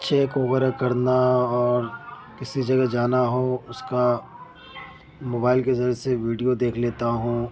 check وغیرہ کرنا اور کسی جگہ جانا ہو اس کا موبائل کے ذریعے سے ویڈیو دیکھ لیتا ہوں